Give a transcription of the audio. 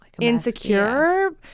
insecure